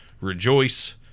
rejoice